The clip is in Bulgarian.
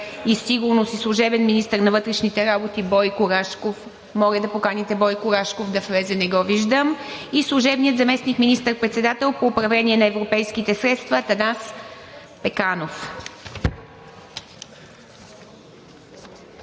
и сигурност и служебен министър на вътрешните работи Бойко Рашков – моля да поканите Бойко Рашков да влезе, не го виждам, и служебният заместник министър-председател по управление на европейските средства Атанас Пеканов.